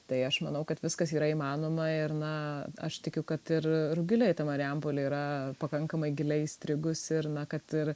tai aš manau kad viskas yra įmanoma ir na aš tikiu kad ir rugilei ta marijampolė yra pakankamai giliai įstrigusi ir na kad ir